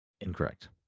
Incorrect